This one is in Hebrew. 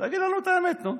תגיד לנו את האמת, נו.